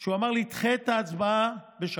שהוא אמר לי: דחה את ההצבעה בשבוע.